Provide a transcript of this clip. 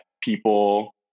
people